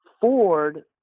Ford